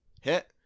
Hit